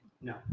No